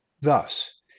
Thus